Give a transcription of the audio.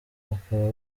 bakaba